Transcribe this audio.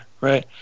right